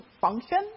function